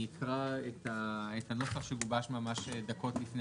אני אקרא את הנוסח שגובש ממש דקות לפני